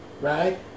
right